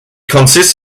consists